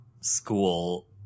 school